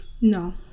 No